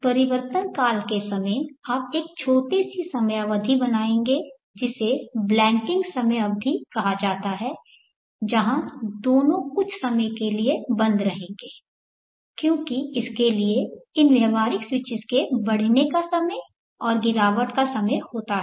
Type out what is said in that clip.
परिवर्तनकाल के समय आप एक छोटी समयावधि बनाएंगे जिसे ब्लैंकिंग समय अवधि कहा जाता है जहां दोनों कुछ समय के लिए बंद रहेंगे क्योंकि इसके लिए इन व्यावहारिक स्विचेस के बढ़ने का समय और गिरावट का समय होता है